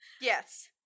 Yes